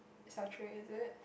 sa tray is it